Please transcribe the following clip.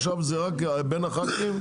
עכשיו זה רק בין הח"כים.